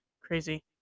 Crazy